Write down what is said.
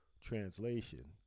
translation